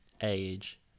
age